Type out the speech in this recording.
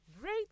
Great